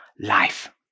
life